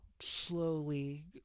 slowly